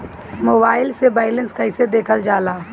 Mobile से balance कइसे देखल जाला?